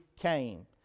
came